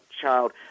child